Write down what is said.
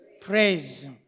praise